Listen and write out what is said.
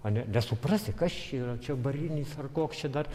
a ne nesuprasi kas čia yra čia varinis ar koks čia dar